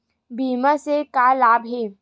बीमा से का लाभ हे?